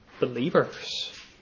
believers